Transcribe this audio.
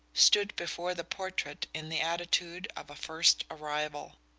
stood before the portrait in the attitude of a first arrival.